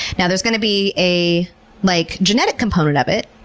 now, there's going to be a like genetic component of it,